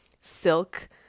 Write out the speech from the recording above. silk